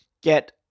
get